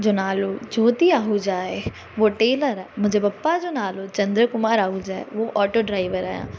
उन जो नालो ज्योती आहूजा आहे हूअ टेलर आहे मुंहिंजे पप्पा जो नालो चंद्र कुमार आहूजा आहे उहो ऑटो ड्राइवर आहे